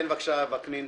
כן, בבקשה, וקנין.